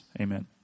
Amen